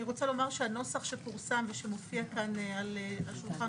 אני רוצה לומר שהנוסח שפורסם ושמופיע כאן על שולחן